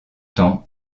temps